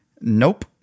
nope